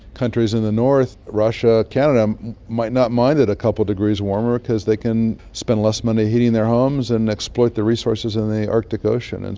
countries in the north russia, canada might not mind it a couple of degrees warmer because they can spend less money heating their homes and exploit the resources in the arctic ocean. and